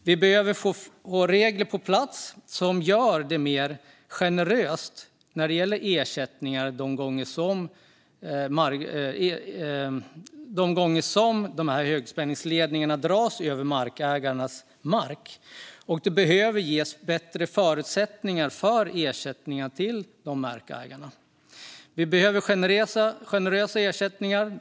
Vi behöver få på plats regler som ger förutsättningar för mer generösa ersättningar till de markägare över vars mark högspänningsledningarna dras.